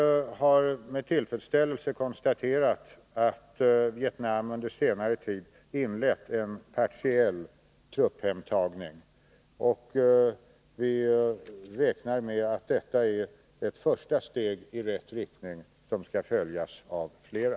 Vi har dock med tillfredsställelse konstaterat att Vietnam under senare tid inlett en partiell trupphemtagning, och vi räknar med att detta är ett första steg i rätt riktning, som skall följas av flera.